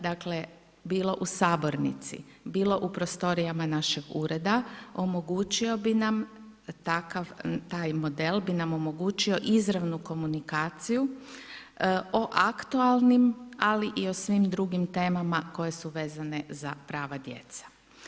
Dakle, bilo u sabornici, bilo u prostorijama našeg ureda, omogućio bi nam, takav, taj model, bi nam omogućio izranu komunikaciju o aktualnim ali i o svim drugim temama, koje su vezane za prava djeca.